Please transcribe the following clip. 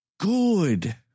Good